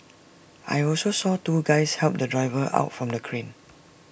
I also saw two guys help the driver out from the crane